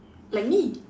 like me